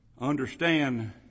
understand